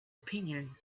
opinion